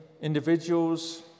individuals